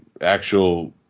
actual –